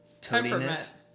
temperament